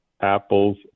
apples